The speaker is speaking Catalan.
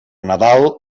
nadal